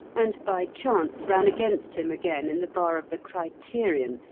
and by chance ran against him again in the bar of the criterion,